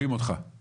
שלום וברכה.